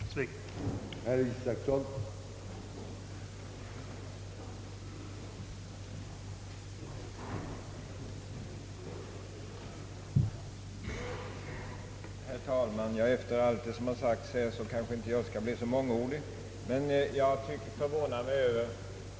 Några bärande skäl har motionärerna inte presterat för att nu höja slaktdjursavgifterna på fläsk.